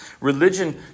Religion